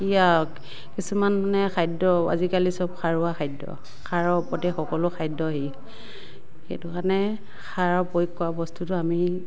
কি আৰু কিছুমান মানে খাদ্য আজিকালি চব সাৰুৱা খাদ্য সাৰৰ ওপৰতে সকলো খাদ্যই সেইটো কাৰণে সাৰৰ প্ৰয়োগ কৰা বস্তুটো আমি